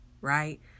right